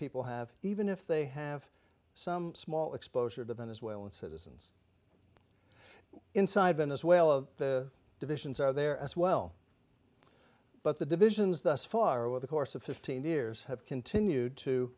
people have even if they have some small exposure to venezuelan citizens inside venezuela the divisions are there as well but the divisions thus far with the course of fifteen years have continued to